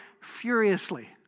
furiously